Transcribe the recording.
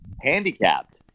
handicapped